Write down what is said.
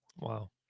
Wow